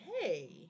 hey